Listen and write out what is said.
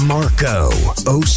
Marco